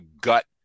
gut